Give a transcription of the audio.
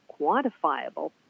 quantifiable